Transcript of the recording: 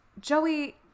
Joey